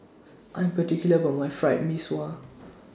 I'm particular about My Fried Mee Sua